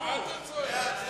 רבותי, הצבעה.